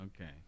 Okay